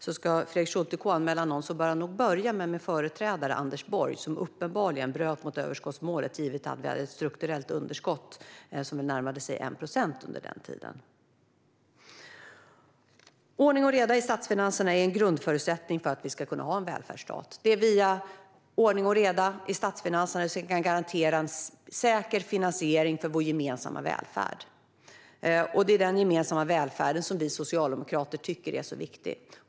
Om Fredrik Schulte ska KU-anmäla någon bör han nog börja med min företrädare, Anders Borg, som uppenbarligen bröt mot överskottsmålet, givet att vi hade ett strukturellt underskott som närmade sig 1 procent under den tiden. Ordning och reda i statsfinanserna är en grundförutsättning för att vi ska kunna ha en välfärdsstat. Det är genom ordning och reda i statsfinanserna som vi kan garantera en säker finansiering för vår gemensamma välfärd. Det är denna gemensamma välfärd som vi socialdemokrater tycker är så viktig.